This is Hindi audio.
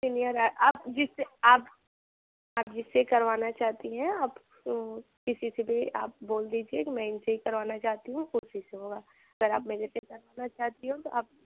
सीनियर है आप जिससे आप आप जिससे करवाना चाहती हैं आप किसी से भी बोल दीजिए कि मैं इनसे करवाना चाहती हूँ उसी से होगा अगर आप मेरे से करवाना चाहती हो तो आप